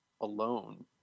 Alone